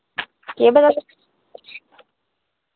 एह्दे कोल